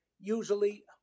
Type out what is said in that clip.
usually